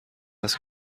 است